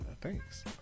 Thanks